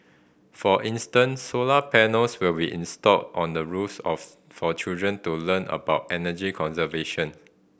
for instance solar panels will be installed on the roofs of for children to learn about energy conservation